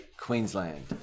Queensland